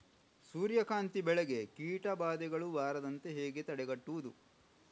ಸೂರ್ಯಕಾಂತಿ ಬೆಳೆಗೆ ಕೀಟಬಾಧೆಗಳು ಬಾರದಂತೆ ಹೇಗೆ ತಡೆಗಟ್ಟುವುದು?